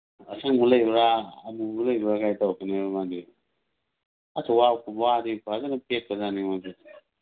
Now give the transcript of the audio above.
ꯑꯁꯪꯕ ꯂꯩꯕꯔꯥ ꯑꯃꯨꯕ ꯂꯩꯕꯔꯥ ꯀꯥꯏꯅ ꯇꯧꯔꯛꯀꯅꯤꯕ ꯃꯥꯗꯤ ꯑꯁ ꯋꯥꯗꯤ ꯐꯖꯅ ꯄꯦꯠꯄꯖꯥꯠꯅꯤ ꯃꯥꯗꯤ